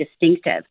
distinctive